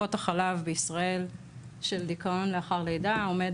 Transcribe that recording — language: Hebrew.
טיפות החלב בישראל של דיכאון לאחר לידה עומד